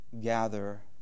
gather